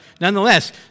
nonetheless